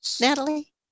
natalie